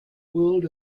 world